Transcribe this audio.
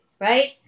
right